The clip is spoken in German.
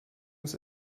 ist